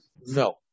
No